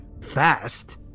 Fast